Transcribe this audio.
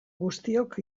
guztiok